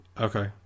Okay